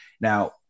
Now